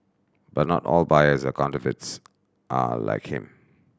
but not all buyers of counterfeits are like him